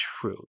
fruit